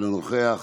אינו נוכח,